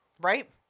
Right